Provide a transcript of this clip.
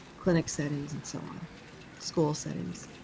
clinic settings, and so on school settings.